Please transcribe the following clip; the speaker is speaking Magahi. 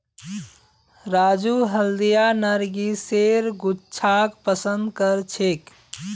राजू हल्दिया नरगिसेर गुच्छाक पसंद करछेक